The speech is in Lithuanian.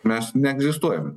mes neegzistuojam